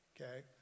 okay